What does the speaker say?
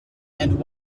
and